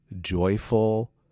joyful